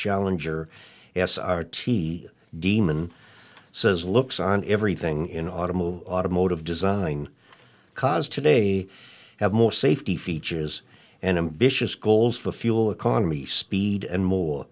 challenger s r t damon says looks on everything in automotive automotive design cars today have more safety features and ambitious goals for fuel economy speed and more